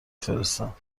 فرستم